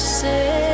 say